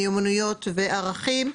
מיומנויות וערכים,